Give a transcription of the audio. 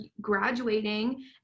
graduating